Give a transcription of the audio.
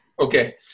Okay